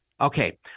okay